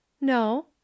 no